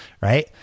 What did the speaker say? Right